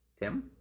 Tim